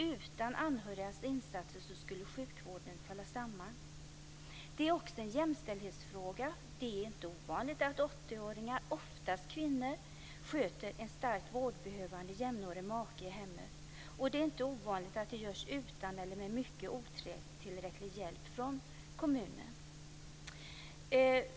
Utan de anhörigas insatser skulle sjukvården falla samman. Detta är också en jämställdhetsfråga. Det är inte ovanligt att 80-åringar, oftast kvinnor, sköter en starkt vårdbehövande jämnårig make i hemmet. Det är inte ovanligt att det görs utan eller med otillräcklig hjälp från kommunen.